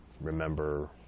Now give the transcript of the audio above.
remember